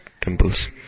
temples